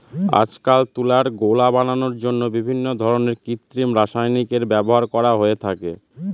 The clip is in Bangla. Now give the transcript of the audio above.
আজকাল তুলার গোলা বানানোর জন্য বিভিন্ন ধরনের কৃত্রিম রাসায়নিকের ব্যবহার করা হয়ে থাকে